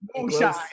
moonshine